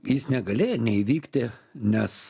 jis negalėjo neįvykti nes